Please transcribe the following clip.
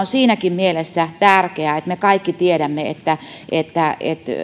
siinäkin mielessä tärkeä että me kaikki tiedämme että että